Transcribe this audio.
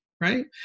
right